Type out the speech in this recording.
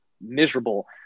miserable